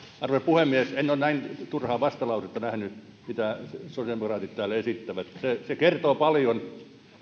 arvoisa puhemies en ole näin turhaa vastalausetta nähnyt mitä sosiaalidemokraatit täällä esittävät se kertoo paljon